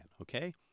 okay